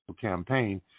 campaign